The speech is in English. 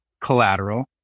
collateral